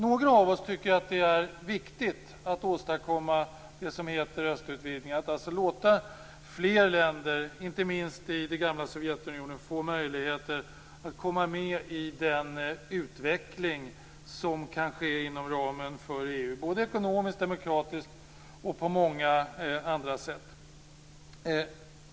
Några av oss tycker att det är viktigt att åstadkomma det som kallas östutvidgningen, alltså att låta fler länder, inte minst från f.d. Sovjetunionen, få möjlighet att komma med i den utveckling som kan äga rum inom ramen för EU ekonomiskt, demokratiskt och på många andra sätt.